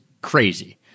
crazy